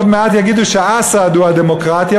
עוד מעט יגידו שאסד הוא הדמוקרטיה,